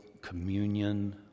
communion